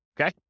Okay